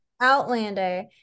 Outlander